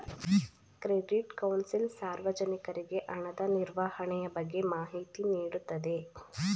credit council ಸಾರ್ವಜನಿಕರಿಗೆ ಹಣದ ನಿರ್ವಹಣೆಯ ಬಗ್ಗೆ ಮಾಹಿತಿ ನೀಡುತ್ತದೆ